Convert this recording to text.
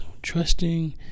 trusting